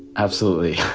absolutely